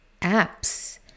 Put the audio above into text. apps